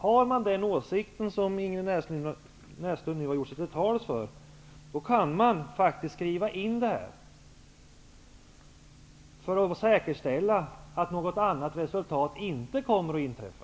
Har man den åsikt som Ingrid Näslund nu har gett uttryck för, kan man faktiskt skriva in detta för att säkerställa att något annat inte kommer att inträffa.